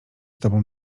tobą